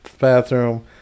bathroom